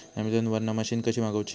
Amazon वरन machine कशी मागवची?